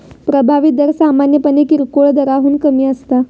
प्रभावी दर सामान्यपणे किरकोळ दराहून कमी असता